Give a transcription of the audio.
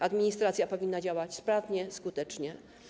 Administracja powinna działać sprawnie, skutecznie.